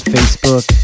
Facebook